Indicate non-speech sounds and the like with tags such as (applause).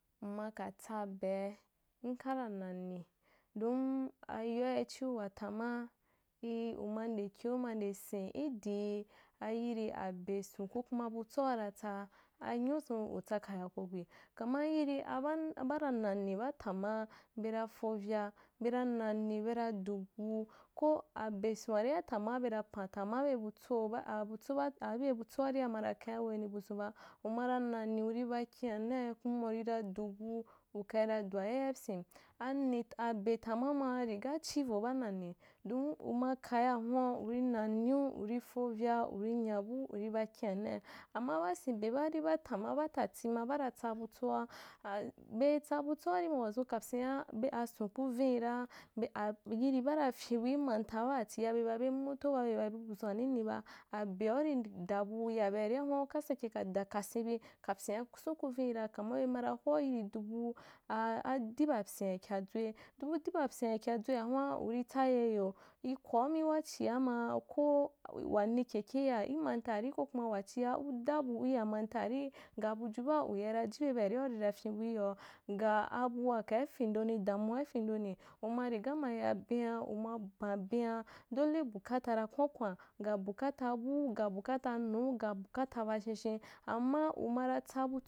M maka tsabe’a nkara nane don ayoa ichiu watamaa uma nde kin’u ma nde sen i dii ayini abeson ko kuma butsoa ura tsaa, anyuzua, utsakaa ya kokwi kama yirì aba- abara nane baa tamaa, bera fovya, bara nane bera dubu, ko abeson’a ria tama bera pan tama ibe butso (unintelligible) ibe butso aria ma ra khen’a wani buzun ba, umara nane urī ba kin’ana kuma urì ra dubu yaskaī du wa yayipyin, ane abe tama mga rigaa chivo ba nan ea don uma kaya hwan uri nane u rī fovya, urī nya bu urī ba kin’anai, amma ba senbe baarî baa tama batati ma baatima baa ra tsabutsoaha a-bei tsabutsoari ma kapyinia be ason ku vinira (unintelligible) yiri baa na pyinbu i manta batatia be babe moto ba be babe buzun nene baa, aberi da bu ya be aria hun’a uka sake kasenbu kapyin’a son ku vini ra kuma bema ka hwau yiri dubuu a – adiaba pyin’a kyadzwei dubu dib pyinia kyadzweihun’a urītsaye iyo, ri kwaumī wachia maa koo wa ne keke ya imanta ari ko kuma wachia u dabu uya manta arī, ga buju baa uyaana ji be be aria uyaina ji be bearì abua kai fendoni damua i fen doni uma riga ma ya ben’a uma ban bena dole bukata na kwankwan ga bukata buu ga bukata nuu ga bukata bazhenzhen amma umara tsabutso.